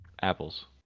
apples